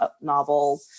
novel